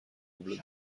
مبلت